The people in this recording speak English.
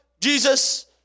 Jesus